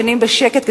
ישנים בשקט,